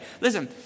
Listen